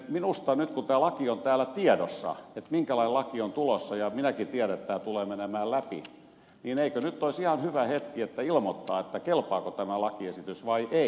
minusta nyt kun on täällä tiedossa minkälainen laki on tulossa ja minäkin tiedän että tämä tulee menemään läpi niin eikö nyt olisi ihan hyvä hetki ilmoittaa kelpaako tämä lakiesitys vai ei